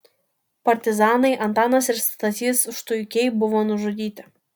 partizanai antanas ir stasys štuikiai buvo nužudyti